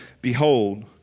Behold